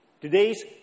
Today's